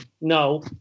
No